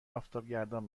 آفتابگردان